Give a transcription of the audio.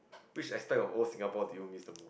which aspect of old Singapore do you miss the mo~